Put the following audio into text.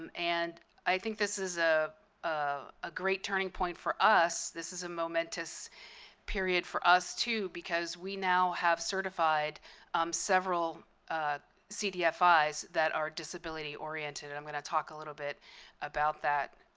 um and i think this is a ah a great turning point for us. this is a momentous period for us, too, because we now have certified um several cdfis that are disability-oriented. i'm going to talk a little bit about that